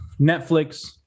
Netflix